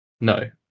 No